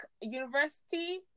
university